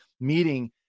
meeting